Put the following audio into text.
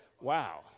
Wow